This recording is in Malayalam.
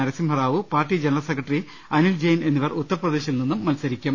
നരസിംഹറാ വു party general secretary Anil Jain എന്നിവർ ഉത്തർപ്രദേശിൽ നിന്നും മത്സരിക്കും